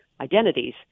identities